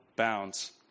Bounds